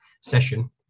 session